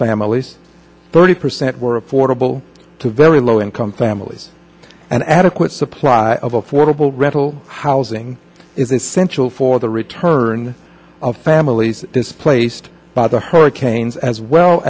families thirty percent were affordable to very low income families an adequate supply of affordable rental housing is essential for the return of families displaced by the hurricanes as well